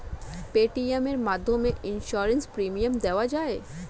Paytm এর মাধ্যমে কি ইন্সুরেন্স প্রিমিয়াম দেওয়া যায়?